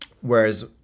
Whereas